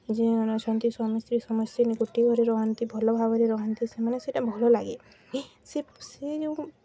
ଯେଉଁମାନେ ଅଛନ୍ତି ସମସ୍ତେ ସମସ୍ତେ ଗୋଟିଏ ଘରେ ରୁହନ୍ତି ଭଲ ଭାବରେ ରୁହନ୍ତି ସେମାନେ ସେଇଟା ଭଲ ଲାଗେ ସେ ସେ ଯେଉଁ